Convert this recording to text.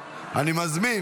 מסדר-היום.